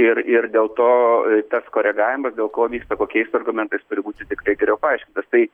ir ir dėl to tas koregavimas dėl ko vyksta kokiais argumentais turi būti tiktai geriau paaiškintas tai